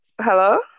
hello